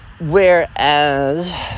Whereas